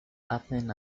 hacen